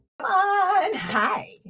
Hi